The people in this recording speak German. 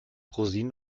rosinen